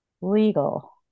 legal